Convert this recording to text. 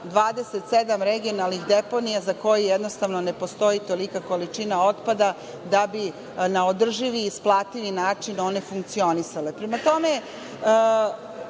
27 regionalnih deponija za koje jednostavno ne postoji tolika količina otpada, da bi na održivi i isplativi način one funkcionisale. Prema